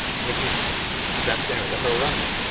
which is that's anyway, that's how we're running it.